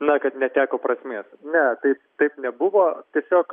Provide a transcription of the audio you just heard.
na kad neteko prasmės ne tai taip nebuvo tiesiog